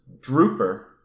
Drooper